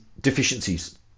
deficiencies